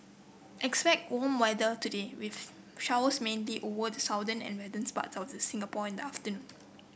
expect warm weather today with showers mainly over the southern and westerns parts of the Singapore in the afternoon